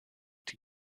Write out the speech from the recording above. die